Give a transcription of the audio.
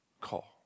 call